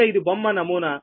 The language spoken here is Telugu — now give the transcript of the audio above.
కనుక ఇది బొమ్మ నమూనా